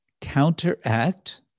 counteract